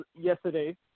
yesterday